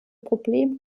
problem